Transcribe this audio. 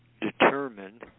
determine